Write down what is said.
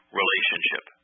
relationship